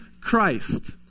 Christ